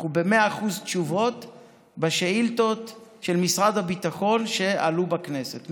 אנחנו ב-100% תשובות על שאילתות אל משרד הביטחון שעלו בכנסת,